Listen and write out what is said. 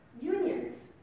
unions